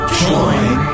join